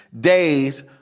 days